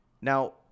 Now